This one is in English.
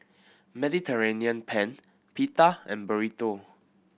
Mediterranean Penne Pita and Burrito